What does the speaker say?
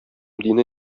дине